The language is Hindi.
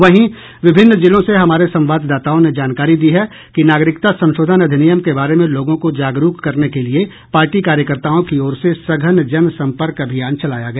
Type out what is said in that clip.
वहीं विभिन्न जिलों से हमारे संवाददाताओं ने जानकारी दी है कि नागरिकता संशोधन अधिनियम के बारे में लोगों को जागरूक करने के लिए पार्टी कार्यकर्ताओं की ओर से सघन जनसम्पर्क अभियान चलाया गया